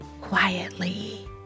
quietly